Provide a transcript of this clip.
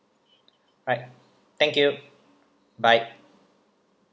alright thank you bye